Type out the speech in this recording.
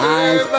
eyes